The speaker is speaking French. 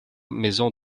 maison